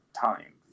time